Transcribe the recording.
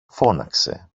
φώναξε